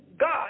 God